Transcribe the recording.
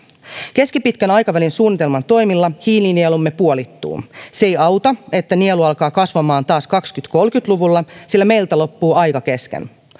keskipitkän aikavälin suunnitelman toimilla hiilinielumme puolittuu se ei auta että nielu alkaa kasvamaan taas kaksituhattakolmekymmentä luvulla sillä meiltä loppuu aika kesken